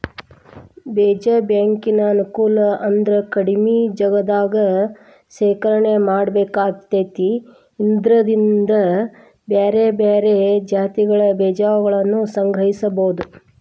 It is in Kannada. ಬೇಜ ಬ್ಯಾಂಕಿನ ಅನುಕೂಲ ಅಂದ್ರ ಕಡಿಮಿ ಜಗದಾಗ ಶೇಖರಣೆ ಮಾಡ್ಬೇಕಾಕೇತಿ ಇದ್ರಿಂದ ಬ್ಯಾರ್ಬ್ಯಾರೇ ಜಾತಿಗಳ ಬೇಜಗಳನ್ನುಸಂಗ್ರಹಿಸಬೋದು